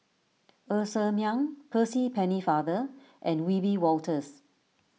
Ng Ser Miang Percy Pennefather and Wiebe Wolters